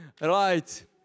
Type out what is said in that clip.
Right